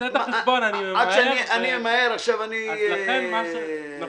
אני ממהר עכשיו אני --- נכון.